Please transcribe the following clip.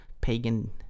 pagan